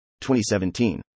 2017